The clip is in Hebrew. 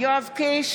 יואב קיש,